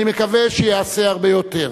אני מקווה שייעשה הרבה יותר.